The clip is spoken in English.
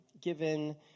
given